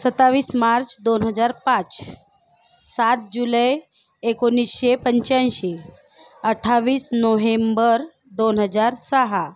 सत्तावीस मार्च दोन हजार पाच सात जुलै एकोणीसशे पंच्याऐंशी अठ्ठावीस नोव्हेंबर दोन हजार सहा